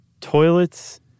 toilets